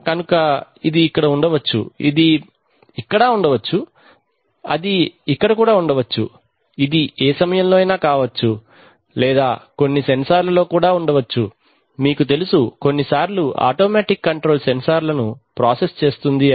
కనుక ఇది ఇక్కడ ఉండవచ్చు ఇది ఇక్కడా ఉండవచ్చు అది ఇక్కడ కూడా ఉండవచ్చు ఇది ఏ సమయంలోనైనా కావచ్చు లేదా సెన్సార్లో కూడా ఉండవచ్చు మీకు తెలుసు కొన్నిసార్లు ఆటోమేటిక్ కంట్రోల్ సెన్సార్లు ను ప్రాసెస్ చేస్తుంది అని